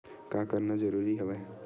का करना जरूरी हवय?